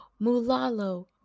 Mulalo